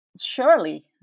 surely